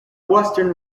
western